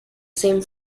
same